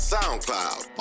SoundCloud